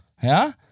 ja